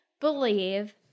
believe